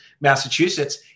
Massachusetts